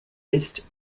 ist